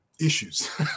issues